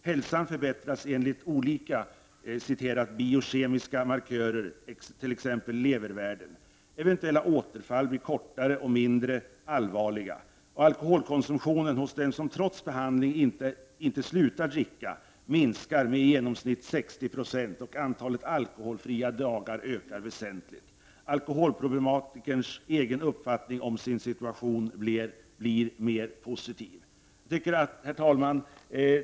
Hälsan förbättras enligt olika ”biokemiska markörer”, t.ex. levervärden. Eventuella återfall blir kortare och mindre allvarliga. Alkoholkonsumtionen hos dem som trots behandling inte slutar att dricka minskar med i genomsnitt 60 26 och antalet alkoholfria dagar ökar väsentligt. Alkoholproblematikerns egen uppfattning om sin situation bler mer positiv. Herr talman!